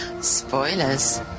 Spoilers